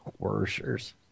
Worshers